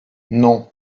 non